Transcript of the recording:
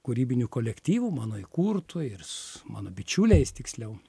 kūrybiniu kolektyvu mano įkurtu ir s mano bičiuliais tiksliau